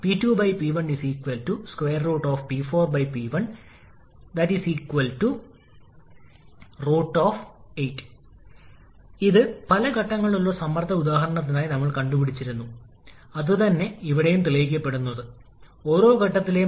5𝐾 അതിനാൽ ഇപ്പോൾ ടി 4 കൾ അവിടെ നിന്ന് നമുക്കറിയാം ടി 3 അല്ലെങ്കിൽ 3 മുതൽ 4 വരെ ഒരു ഐസന്റ്രോപിക് ആണെന്ന് നമ്മൾ പരിഗണിക്കണം പ്രോസസ്സ് ചെയ്യുക വിപുലീകരണ പ്രക്രിയകളുമായി പൊരുത്തപ്പെടുന്ന ഒന്നാണ് n ബാർ